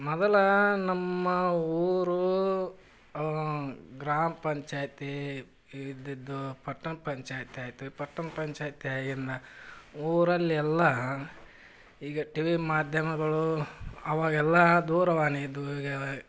ಮೊದ್ಲು ನಮ್ಮ ಊರು ಗ್ರಾಮ ಪಂಚಾಯತಿ ಇದ್ದಿದ್ದು ಪಟ್ಟಣ ಪಂಚಾಯತಿಯಾಯ್ತು ಪಟ್ಟಣ ಪಂಚಾಯತಿ ಆಗಿಂದ ಊರಲ್ಲೆಲ್ಲ ಈಗ ಟಿವಿ ಮಾಧ್ಯಮಗಳು ಅವಾಗೆಲ್ಲ ದೂರವಾಣಿ ಇದ್ದವು ಈಗ